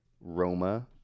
Roma